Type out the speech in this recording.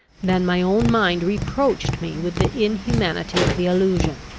than my own mind reproached me with the inhumanity of the allusion.